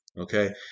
okay